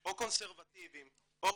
או קונסרבטיבים או אורתודוכסים.